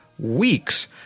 weeks